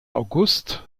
august